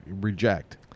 reject